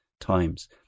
times